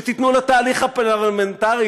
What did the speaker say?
שתיתנו לתהליך הפרלמנטרי,